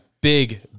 big